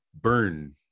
burn